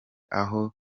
aho